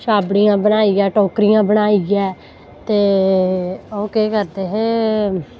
छाबड़ियां बनाइयै टोकरियां बनाइयै ते ओह् केह् करदे हे